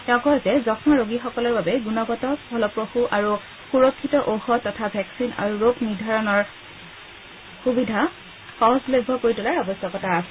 তেওঁ কয় যে যক্ষ্মা ৰোগীসকলৰ বাবে গুণগত ফলপ্ৰসু আৰু সূৰক্ষিত ঔষধ ভেকচিন আৰু ৰোগ নিৰ্ধাৰণৰ সুবিধা সহজ লভ্য কৰি তোলাৰ আৱশ্যকতা আছে